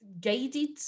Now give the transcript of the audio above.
guided